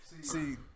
see